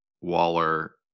Waller